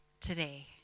today